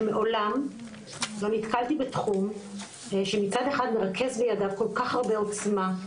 שמעולם לא נתקלתי בתחום שמצד אחד מרכז לידיו כל כך הרבה עוצמה,